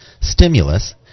stimulus